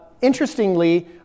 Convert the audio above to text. interestingly